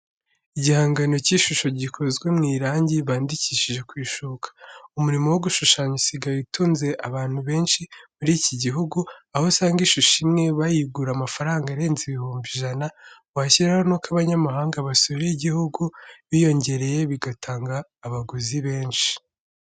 Igihangano cy'ishusho gikozwe mu irangi bandikishije ku ishuka. Umurimo wo gushushanya usigaye utunze abantu benshi muri iki gihugu, aho usanga ishusho imwe bayigura amafaranga arenze ibihumbi ijana, washyiraho nuko abanyamahanga basura igihugu biyongereye bigatanga abaguzi benshi.